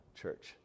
church